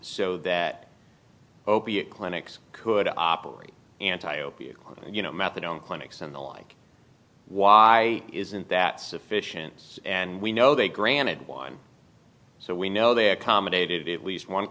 so that opiate clinics could operate anti opiate you know methadone clinics and the like why isn't that sufficient and we know they granted one so we know they accommodated it least one